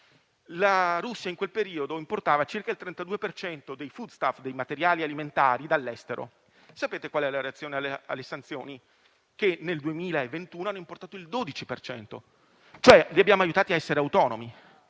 La Russia in quel periodo importava circa il 32 per cento di *foodstuff*, dei materiali alimentari, dall'estero. Sapete qual è stata la reazione alle sanzioni? Nel 2021 hanno importato il 12 per cento: li abbiamo aiutati a essere autonomi.